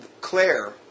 Claire